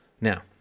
Now